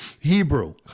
hebrew